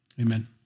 amen